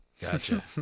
Gotcha